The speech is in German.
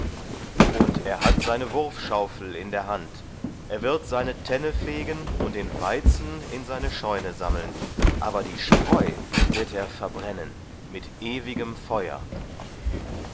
und er hat seine wurfschaufel in der hand er wird seine tenne fegen und den weizen in seine scheune sammeln aber die spreu wird er verbrennen mit ewigem feuer